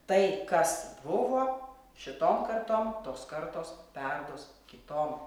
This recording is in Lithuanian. tai kas buvo šitom kartom tos kartos perduos kitom